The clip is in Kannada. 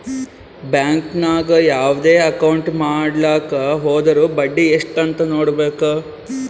ಬ್ಯಾಂಕ್ ನಾಗ್ ಯಾವ್ದೇ ಅಕೌಂಟ್ ಮಾಡ್ಲಾಕ ಹೊದುರ್ ಬಡ್ಡಿ ಎಸ್ಟ್ ಅಂತ್ ನೊಡ್ಬೇಕ